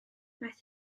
aeth